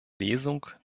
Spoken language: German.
lesung